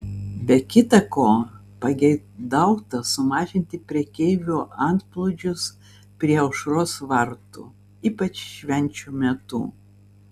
be kita ko pageidauta sumažinti prekeivių antplūdžius prie aušros vartų ypač švenčių metu